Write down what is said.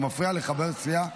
אתה מפריע לחבר סיעה.